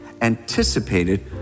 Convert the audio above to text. anticipated